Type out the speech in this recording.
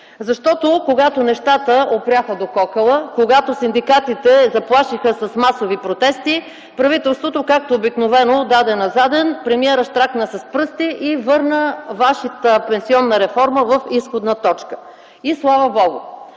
реформа. Когато нещата опряха до кокала, когато синдикатите заплашиха с масови протести, правителството, както обикновено, даде на заден, премиерът щракна с пръсти и върна Вашата пенсионна реформа в изходна точка. И слава Богу!